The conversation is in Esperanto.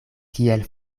kiel